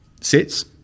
sits